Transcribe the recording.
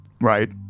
right